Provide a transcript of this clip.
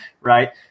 right